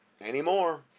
anymore